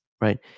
right